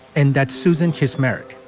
and that's susan, his marriage.